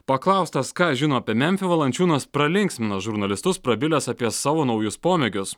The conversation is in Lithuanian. paklaustas ką žino apie memfį valančiūnas pralinksmino žurnalistus prabilęs apie savo naujus pomėgius